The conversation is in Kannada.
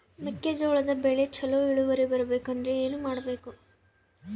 ಮೆಕ್ಕೆಜೋಳದ ಬೆಳೆ ಚೊಲೊ ಇಳುವರಿ ಬರಬೇಕಂದ್ರೆ ಏನು ಮಾಡಬೇಕು?